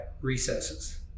recesses